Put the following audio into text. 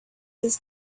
his